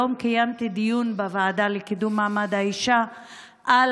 היום קיימתי דיון בוועדה לקידום מעמד האישה על